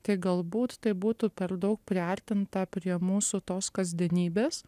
tai galbūt tai būtų per daug priartinta prie mūsų tos kasdienybės